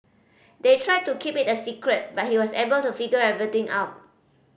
they tried to keep it a secret but he was able to figure everything out